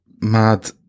mad